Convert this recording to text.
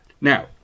Now